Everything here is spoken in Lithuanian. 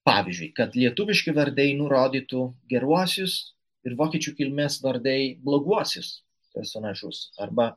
pavyzdžiui kad lietuviški vardai nurodytų geruosius ir vokiečių kilmės vardai bloguosius personažus arba